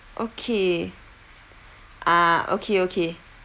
okay ah okay okay